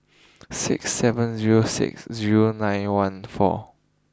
six seven zero six zero nine one four